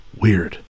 Weird